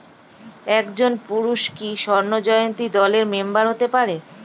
একজন পুরুষ কি স্বর্ণ জয়ন্তী দলের মেম্বার হতে পারে?